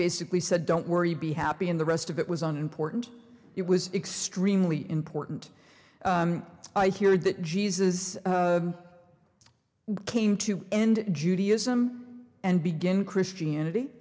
basically said don't worry be happy in the rest of it was an important it was extremely important i hear that jesus came to end judaism and begin christianity